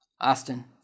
Austin